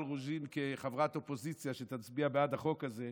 רוזין כחברת אופוזיציה שתצביע בעד החוק הזה,